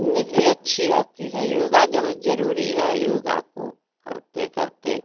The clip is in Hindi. नींद भी अच्छी आती है योग बहुत जरूरी है योग को करते करते